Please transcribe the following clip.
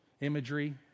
imagery